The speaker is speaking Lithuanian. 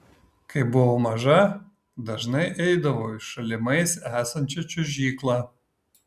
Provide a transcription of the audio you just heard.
kai buvau maža dažnai eidavau į šalimais esančią čiuožyklą